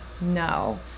no